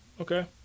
Okay